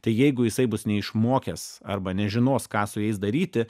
tai jeigu jisai bus neišmokęs arba nežinos ką su jais daryti